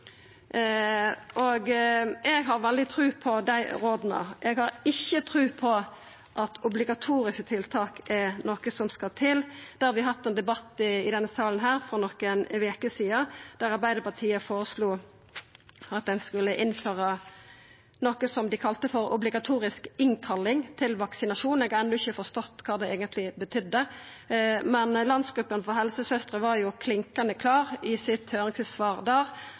internett. Eg har veldig tru på dei råda. Eg har ikkje tru på at det er obligatoriske tiltak som skal til. Vi hadde ein debatt i denne salen for nokre veker sidan der Arbeidarpartiet føreslo at ein skulle innføra noko dei kalla for obligatorisk innkalling til vaksinasjon. Eg har enno ikkje forstått kva det eigentleg betydde, men Landsgruppen av helsesøstre var klinkande klar i sitt